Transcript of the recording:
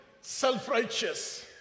self-righteous